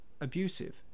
abusive